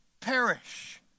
perish